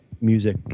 music